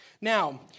Now